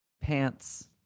Pants